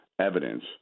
evidence